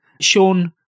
Sean